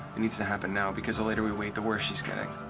it needs to happen now because the later we wait, the worse she's getting.